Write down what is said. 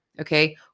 okay